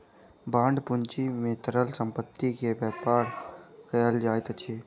bond पूंजी में तरल संपत्ति के व्यापार कयल जाइत अछि